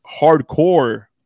hardcore